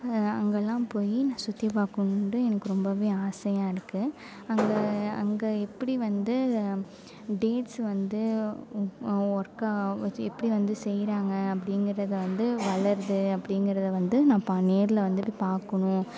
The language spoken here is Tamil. அங்கேலாம் போய் சுற்றி பார்க்கணும்னு எனக்கு ரொம்ப ஆசையாக இருக்கு அங்கே அங்கே எப்படி வந்து டேட்ஸ் வந்து ஒர்க் வச்சு எப்படி வந்து செய்கிறாங்க அப்படிங்குறத வந்து வளருது அப்படிங்குறத வந்து நான் நேர்ல வந்து பாக்கணும்